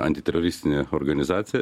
antiteroristinė organizacija